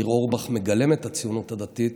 ניר אורבך מגלם את הציונות הדתית